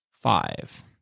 five